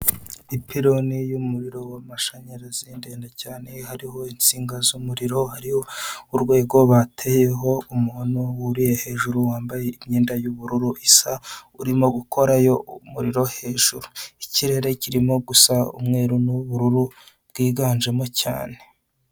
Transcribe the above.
Ipironi y'umuriro w'amashanyarazi ndende cyane, hariho insinga z'umuriro, hariho urwego bateyeho, umuntu wuriye hajuru wambaye imyenda y'ubururu isa, urimo gukorayo umuriro hejuru. Ikirere kirimo gusa umweru n'ubururu bwiganjemo cyane.